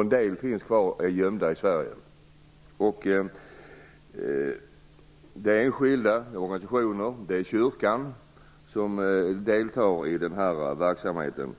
En del av dem finns kvar, gömda här i Sverige. Enskilda, organisationer och Kyrkan deltar i den här verksamheten.